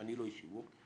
אני לא איש שיווק.